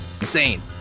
Insane